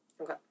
Okay